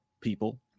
people